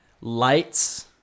Lights